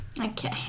Okay